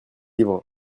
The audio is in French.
livres